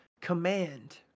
command